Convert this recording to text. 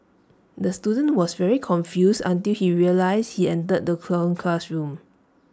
the student was very confused until he realised he entered the wrong classroom